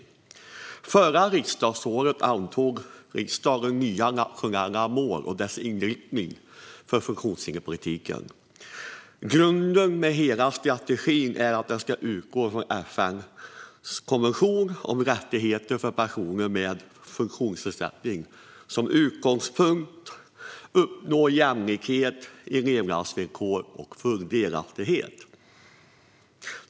Under förra riksdagsåret antog riksdagen nya nationella mål och en inriktning för funktionshinderspolitiken. Grunden för strategin är att den ska utgå från FN:s konvention om rättigheter för personer med funktionsnedsättning samt uppnå jämlikhet i levnadsvillkor och full delaktighet.